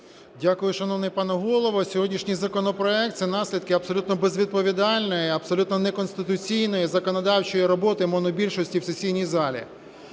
Дякую, шановний пане Голово. Сьогоднішній законопроект – це наслідки абсолютно безвідповідальної, абсолютно не конституційної законодавчої роботи монобільшості в сесійній залі.